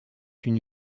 une